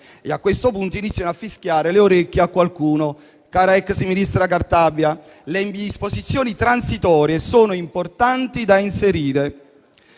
A questo punto, iniziano a fischiare le orecchie a qualcuno: cara ex ministra Cartabia, le disposizioni transitorie sono importanti da inserire.